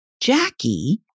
Jackie